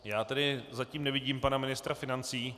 Já tedy zatím nevidím pana ministra financí.